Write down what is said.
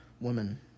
woman